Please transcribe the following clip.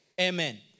Amen